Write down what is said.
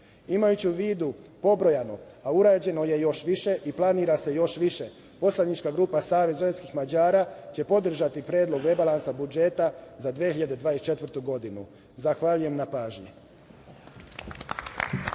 u vidu pobrojano, a urađeno je još više i planira se još više, poslanička grupa SVM će podržati Predlog rebalansa budžeta za 2024. godinu. Zahvaljujem na pažnji.